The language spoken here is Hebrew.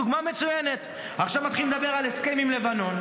דוגמה מצוינת: עכשיו מתחילים לדבר על הסכם עם לבנון,